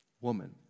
woman